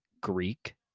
Greek